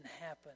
happen